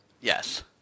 Yes